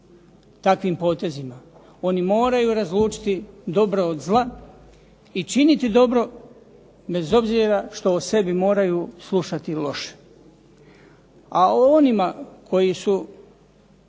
takvim potezima. Oni moraju razlučiti dobro od zla i činiti dobro bez obzira što o sebi moraju slušati loše. A o onima koji su